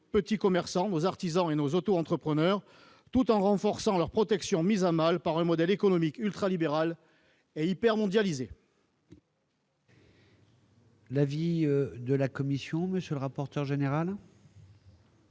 petits commerçants, nos artisans et nos auto-entrepreneurs, tout en renforçant leur protection mise à mal par un modèle économique ultralibéral et hypermondialisé. Quel est l'avis de la commission ? Monsieur Ravier, si j'ai